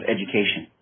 Education